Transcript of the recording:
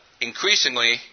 increasingly